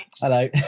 Hello